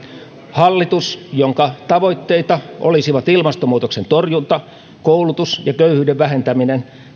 hallitusta jonka tavoitteita olisivat ilmastonmuutoksen torjunta koulutus ja köyhyyden vähentäminen